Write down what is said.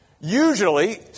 Usually